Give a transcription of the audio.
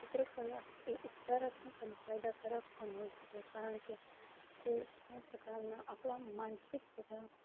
ચિત્રકલા એ ઉપચારાત્મક અને ફાયદાકારક પણ હોઈ શકે કારણ કે કોઈપણ પ્રકારના આપણા માનસિક તથા